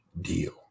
deal